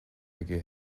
aige